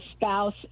spouse